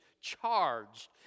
charged